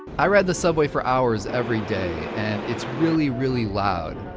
i ride the subway for hours everyday and it's really, really loud.